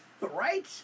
right